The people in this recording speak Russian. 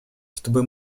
чтобы